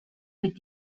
avec